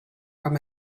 from